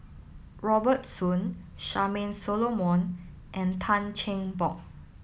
Robert Soon Charmaine Solomon and Tan Cheng Bock